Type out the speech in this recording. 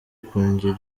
kungira